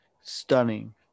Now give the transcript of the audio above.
stunning